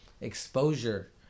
exposure